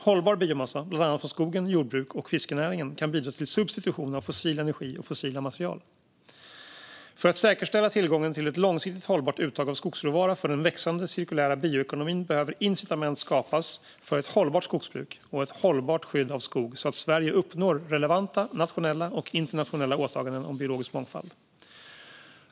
Hållbar biomassa, bland annat från skogen, jordbruket och fiskenäringen, kan bidra till substitution av fossil energi och fossila material. För att säkerställa tillgången till ett långsiktigt hållbart uttag av skogsråvara för den växande cirkulära bioekonomin behöver incitament skapas för ett hållbart skogsbruk och ett hållbart skydd av skog så att Sverige uppnår relevanta nationella och internationella åtaganden om biologisk mångfald.